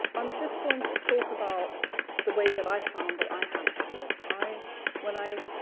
i'm just going to talk about the way that i found that i had to do it. i when i